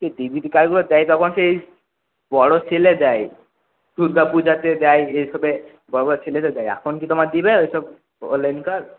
দেয় তখন সেই বড়ো সেলে দেয় দুর্গাপূজাতে দেয় এই সবে বড়ো বড়ো সেলেতে দেয় এখন কি তোমার দেবে ওইসব